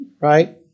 Right